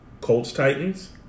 Colts-Titans